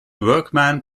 workman